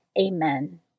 Amen